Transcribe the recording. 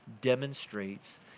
demonstrates